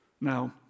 Now